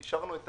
אישרנו את